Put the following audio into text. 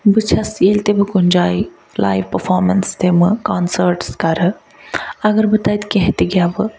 بہٕ چھَس ییٚلہِ تہِ بہٕ کُنہِ جاے لایِو پٔفامٮ۪نٕس دِمہٕ کانسٲٹٕس کَرٕ اگر بہٕ تَتہِ کیٚنٛہہ تہِ گٮ۪وٕ